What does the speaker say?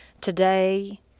Today